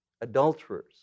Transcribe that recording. Adulterers